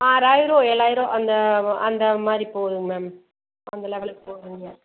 ஆறாயிரம் ஏழாயிரம் அந்த அந்த மாதிரி போதுங்க மேம் அந்த லெவலுக்கு போதுங்க மேம்